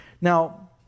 Now